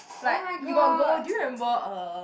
like you got go do you remember uh